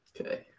Okay